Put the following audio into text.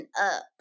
up